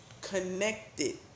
connected